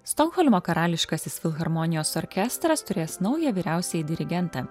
stokholmo karališkasis filharmonijos orkestras turės naują vyriausiąjį dirigentą